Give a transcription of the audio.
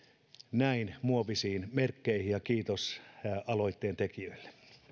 näin muovisiin merkkeihin ja kiitos aloitteen tekijöille